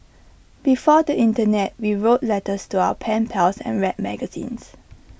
before the Internet we wrote letters to our pen pals and read magazines